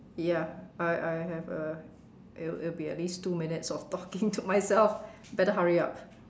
ya I I have a it will it will be at least two minutes of talking to myself better hurry up